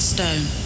Stone